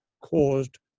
caused